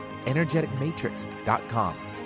energeticmatrix.com